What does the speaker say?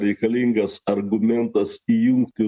reikalingas argumentas įjungti